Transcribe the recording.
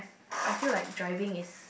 I feel like driving is